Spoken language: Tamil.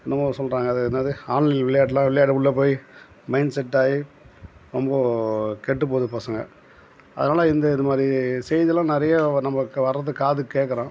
என்னமோ சொல்கிறாங்க அது என்னது ஆன்லைன் விளையாடலாம் விளையாட உள்ளே போய் மைண்ட் செட் ஆகி ரொம்ப கெட்டுப்போகுது பசங்க அதனால் இந்த இதுமாதிரி செய்திலாம் நிறைய நமக்கு வரதுக்கு காதுக்குக் கேட்குறோம்